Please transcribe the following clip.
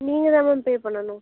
நீங்கள் தான் ma'am pay பண்ணணும்